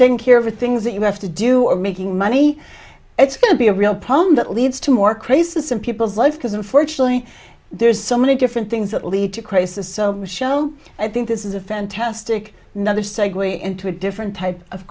taking care of the things that you have to do or making money it's going to be a real problem that leads to more craziness in people's lives because unfortunately there's so many different things that lead to crisis so show i think this is a fantastic nother segue into a different type of